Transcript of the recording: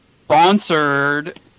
Sponsored